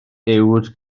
uwd